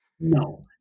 No